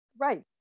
Right